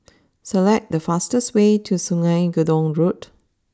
select the fastest way to Sungei Gedong Road